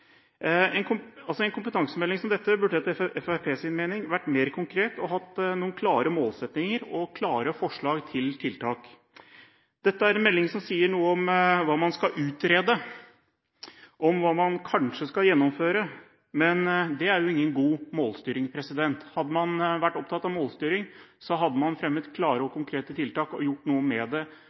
En kompetansemelding som dette burde etter Fremskrittspartiets mening ha vært mer konkret og hatt noen klare målsettinger og forslag til tiltak. Dette er en melding som sier noe om hva man skal utrede og hva man kanskje skal gjennomføre, men det er ingen god målstyring. Hadde man vært opptatt av målstyring, hadde man fremmet klare og konkrete tiltak og gjort noe med det